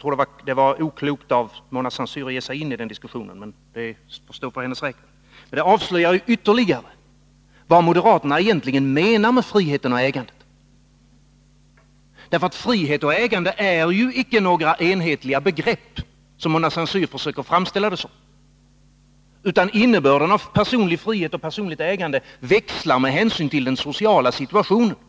tror att det var oklokt av Mona Saint Cyr att ge sig in i den, men det får stå för hennes räkning. Den avslöjar nämligen ytterligare vad moderaterna egentligen menar med friheten och ägandet. Frihet och ägande är ju icke några enhetliga begrepp, som Mona Saint Cyr försöker framställa dem som, utan innebörden av personlig frihet och personligt ägande växlar med hänsyn till den sociala situationen.